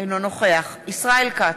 אינו נוכח ישראל כץ,